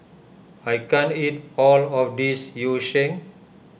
I can't eat all of this Yu Sheng